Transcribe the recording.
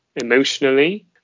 emotionally